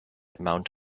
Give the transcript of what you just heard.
amount